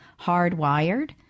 hardwired